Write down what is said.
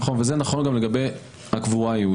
נכון, וזה נכון גם לגבי הקבורה היהודית.